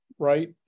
right